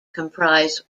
comprise